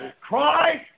Christ